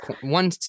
One